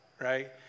right